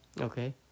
okay